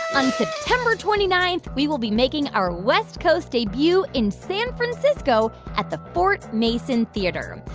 on september twenty nine, we will be making our west coast debut in san francisco at the fort mason theater.